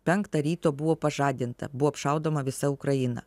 penktą ryto buvo pažadinta buvo apšaudoma visa ukraina